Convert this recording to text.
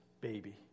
baby